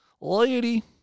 Lady